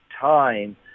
time